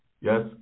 Yes